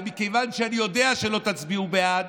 ומכיוון שאני יודע שלא תצביעו בעד,